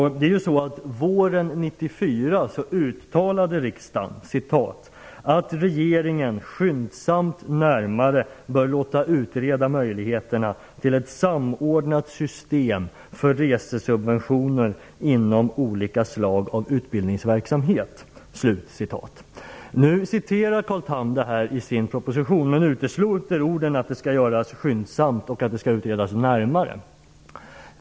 Våren 1994 uttalade riksdagen att "regeringen skyndsamt närmare bör låta utreda möjligheterna till ett samordnat system för resesubventioner inom olika slag av utbildningsverksamhet m.m." Carl Tham återger detta i sin proposition, men utesluter orden att det skall göras skyndsamt och att det skall utredas närmare.